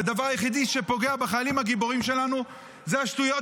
והדבר היחיד שפוגע בחיילים הגיבורים שלנו זה השטויות